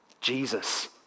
Jesus